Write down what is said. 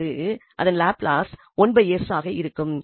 அதாவது அதன் Laplace 1s ஆக இருக்கும்